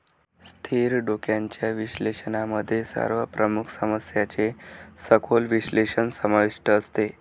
स्थिर डोळ्यांच्या विश्लेषणामध्ये सर्व प्रमुख समस्यांचे सखोल विश्लेषण समाविष्ट असते